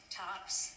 tops